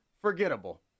forgettable